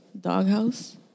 Doghouse